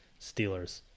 Steelers